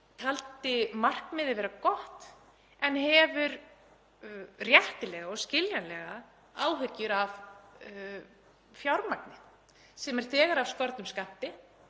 taldi markmiðið vera gott en hefur réttilega og skiljanlega áhyggjur af fjármagni sem er þegar af skornum skammti.